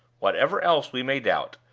whatever else we may doubt,